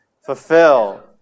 Fulfill